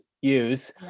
use